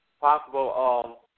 possible